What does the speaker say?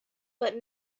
but